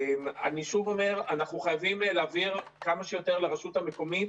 אני שוב אומר: אנחנו חייבים להעביר כמה שיותר לרשות המקומית,